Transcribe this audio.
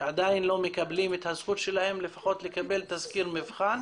שעדיין לא מקבלים את הזכות שלהם לפחות לקבל תזכיר מבחן,